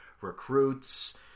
recruits